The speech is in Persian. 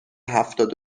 هفتاد